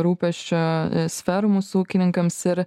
rūpesčio sferų mūsų ūkininkams ir